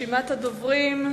רשימת הדוברים: